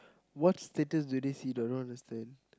what status do they see I don't understand